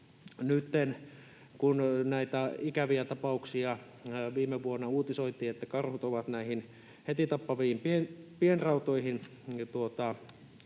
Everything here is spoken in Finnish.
nytten kun näitä ikäviä tapauksia viime vuonna uutisoitiin, että karhut ovat näihin heti tappaviin pienrautoihin